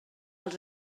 als